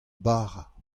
bara